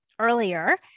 earlier